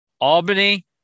Albany